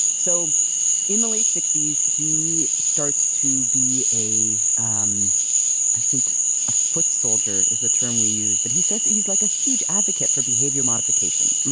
so in the late sixty s he starts to be a um i think a foot soldier is the term we use but he starts he's like a huge advocate for behavior modification.